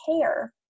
care